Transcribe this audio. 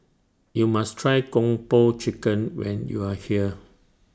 YOU must Try Kung Po Chicken when YOU Are here